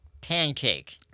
Pancake